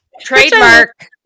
trademark